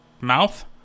mouth